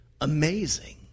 amazing